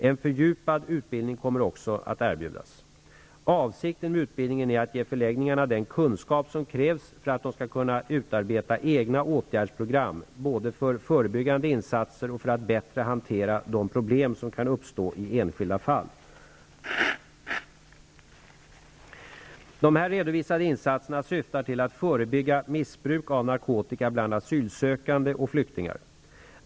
En fördjupad utbildning kommer också att erbjudas. Avsikten med utbildningen är att ge förläggningarna den kunskap som krävs för att de skall kunna utarbeta egna åtgärdsprogram både för förebyggande insatser och för att bättre hantera de problem som kan uppstå i enskilda fall. De här redovisade insatserna syftar till att förebygga missbruk av narkotika bland asylsökande och flyktingar.